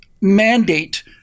mandate